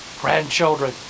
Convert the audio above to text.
grandchildren